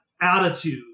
attitude